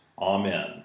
Amen